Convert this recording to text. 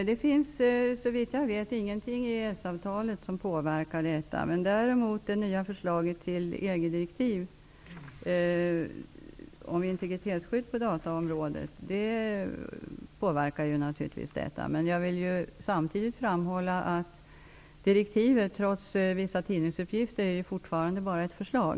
Herr talman! Såvitt jag vet finns inget i EES-avtalet som påverkar registrets användning. Däremot innebär det nya förslaget till EG-direktiv om integritetsskydd på dataområdet att användningen påverkas. Samtidigt vill jag framhålla att direktivet, trots vissa tidningsuppgifter, fortfarande bara är ett förslag.